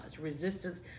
Resistance